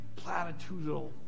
platitudinal